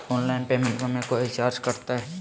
Online पेमेंटबां मे कोइ चार्ज कटते?